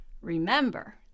Remember